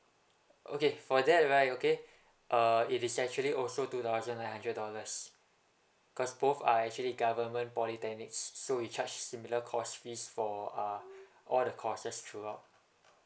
okay for that right okay uh it is actually also two thousand nine hundred dollars cause both are actually government polytechnics so we charge similar course fees for uh all the courses throughout